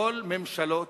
כל ממשלות